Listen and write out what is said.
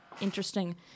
interesting